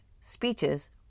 speeches